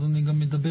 אז אני גם אדבר